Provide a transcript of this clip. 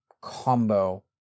combo